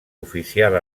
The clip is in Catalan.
oficial